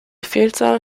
vielzahl